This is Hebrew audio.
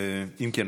אם כן,